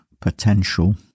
potential